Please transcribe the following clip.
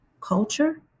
culture